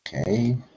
Okay